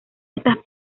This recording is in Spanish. estas